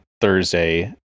Thursday